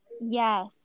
Yes